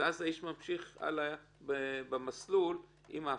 ואז האיש ממשיך במסלול עם ההפחתה.